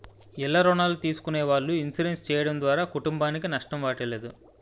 ఇల్ల రుణాలు తీసుకునే వాళ్ళు ఇన్సూరెన్స్ చేయడం ద్వారా కుటుంబానికి నష్టం వాటిల్లదు